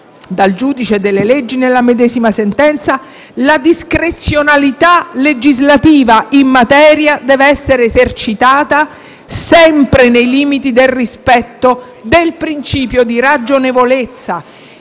il giudice delle leggi nella medesima sentenza - la discrezionalità legislativa in materia deve essere esercitata sempre nei limiti del rispetto del principio di ragionevolezza.